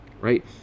Right